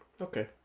Okay